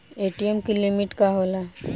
ATM की limit का होला?